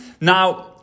Now